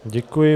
Děkuji.